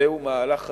זהו מהלך חשוב.